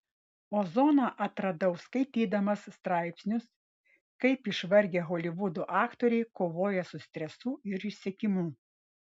ozoną atradau skaitydamas straipsnius kaip išvargę holivudo aktoriai kovoja su stresu ir išsekimu